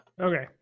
Okay